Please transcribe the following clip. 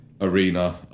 arena